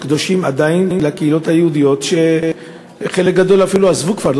קדושים לקהילות היהודיות כשחלק גדול אפילו עזבו כבר,